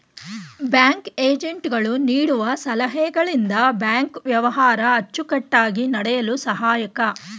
bank agent ಗಳು ನೀಡುವ ಸಲಹೆಗಳಿಂದ ಬ್ಯಾಂಕ್ ವ್ಯವಹಾರ ಅಚ್ಚುಕಟ್ಟಾಗಿ ನಡೆಯಲು ಸಹಾಯಕ